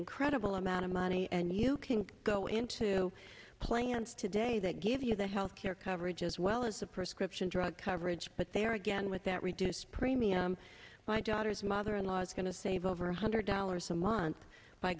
incredible amount of money and you can go into plans today that give you the health care coverage as well as a prescription drug coverage but there again with that reduced premium my daughter's mother in law is going to save over one hundred dollars a month by